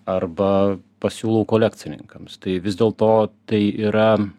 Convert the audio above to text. arba pasiūlau kolekcininkams tai vis dėlto tai yra